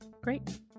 great